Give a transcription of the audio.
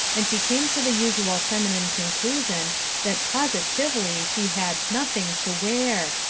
and she came to the usual feminine conclusion that positively she had nothing to wear,